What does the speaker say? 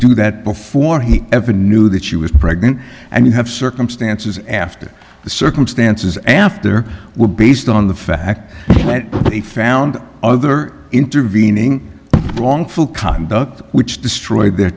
do that before he ever knew that she was pregnant and you have circumstances after the circumstances after were based on the fact that he found other intervening wrongful conduct which destroyed their